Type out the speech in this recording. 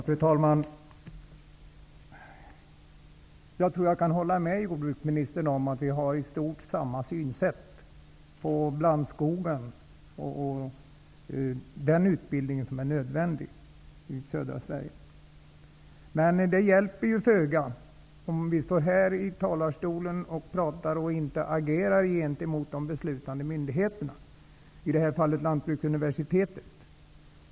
Fru talman! Jag kan hålla med jordbruksministern om att vi i stort har samma synsätt på blandskogen och den utbildning som är nödvändig i södra Sverige. Men det hjälper föga om vi står här i talarstolen och pratar och inte agerar gentemot de beslutande myndigheterna, i det här fallet Lantbruksuniversitetet.